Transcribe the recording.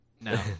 no